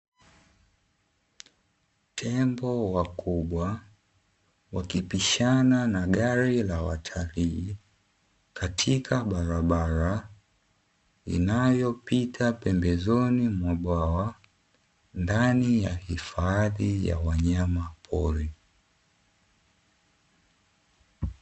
Tembo wakubwa wakipishana na gari la watalii katika barabara inayopita pembezoni mwa bwawa ndani ya hifadhi ya wanyamapori.